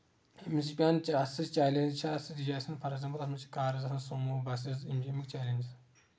أمِس چھِ پیوان اَتھ سۭتۍ چیلنج چھِ آسان فار ایگزامپل اَتھ منٛز چھِ کارٕز آسان سومو بَسٕز یِم چھ امیُک چیٚلینجس